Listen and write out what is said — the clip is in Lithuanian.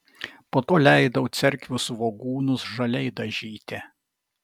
po to leidau cerkvių svogūnus žaliai dažyti